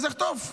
אז יחטוף.